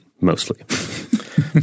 mostly